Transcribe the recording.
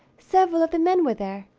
several of the men were there.